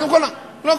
לא,